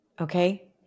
okay